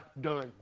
done